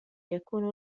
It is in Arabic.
يكون